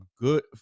good